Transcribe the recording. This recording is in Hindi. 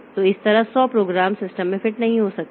तो इस तरह 100 प्रोग्राम सिस्टम में फिट नहीं हो सकते हैं